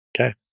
Okay